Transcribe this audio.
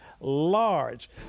large